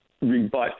rebut